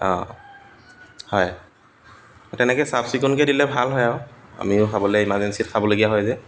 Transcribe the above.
অঁ হয় তেনেকৈ চাফ চিকুণকৈ দিলে ভাল হয় আৰু আমিও খাবলৈ ইমাৰ্জেঞ্চিত খাবলগীয়া হয় যে